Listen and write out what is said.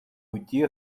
уйти